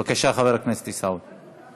בבקשה, חבר הכנסת עיסאווי.